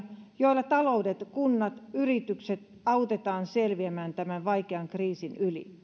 joilla taloudet kunnat yritykset autetaan selviämään tämän vaikean kriisin yli